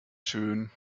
schön